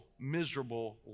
miserable